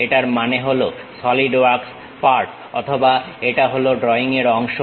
এটার মানে হল সলিড ওয়ার্কস পার্ট অথবা এটা হল ড্রইংয়ের অংশ